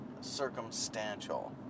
circumstantial